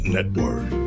Network